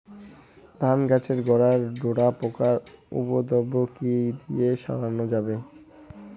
ধান গাছের গোড়ায় ডোরা পোকার উপদ্রব কি দিয়ে সারানো যাবে?